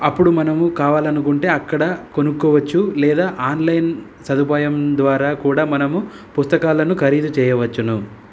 అప్పుడు మనము కావాలనుకుంటే అక్కడ కొనుక్కోవచ్చు లేదా ఆన్లైన్ సదుపాయం ద్వారా కూడా మనము పుస్తకాలను ఖరీదు చేయవచ్చును